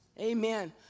Amen